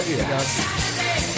Saturday